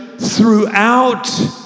throughout